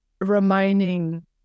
reminding